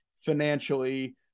financially